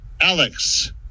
Alex